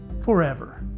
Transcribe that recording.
forever